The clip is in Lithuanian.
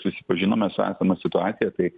susipažinome su esama situacija tai